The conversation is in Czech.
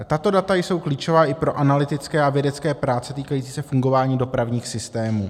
Tato data jsou klíčová i pro analytické a vědecké práce týkající se fungování dopravních systémů.